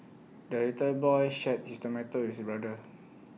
the little boy shared his tomato with his brother